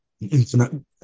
infinite